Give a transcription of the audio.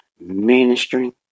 ministering